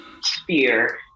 sphere